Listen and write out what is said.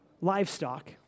livestock